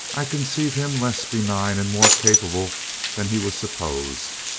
i conceive him less benign and more capable than he was supposed.